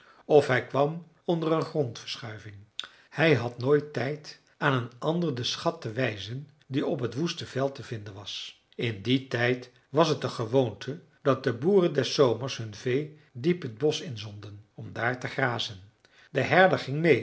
f hij kwam onder een grondverschuiving hij had nooit tijd aan een ander den schat te wijzen die op t woeste veld te vinden was in dien tijd was het de gewoonte dat de boeren des zomers hun vee diep het bosch in zonden om daar te grazen de